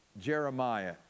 Jeremiah